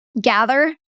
gather